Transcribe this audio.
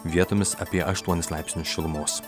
vietomis apie aštuonis laipsnius šilumos